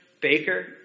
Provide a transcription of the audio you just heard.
Baker